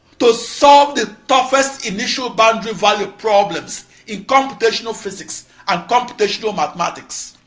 to solve the toughest initial-boundary value problems in computational physics and computational mathematics.